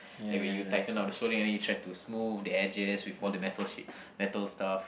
like when you tighten up soldering and you try to smooth the edges with all the metal sheet metal stuff